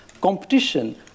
competition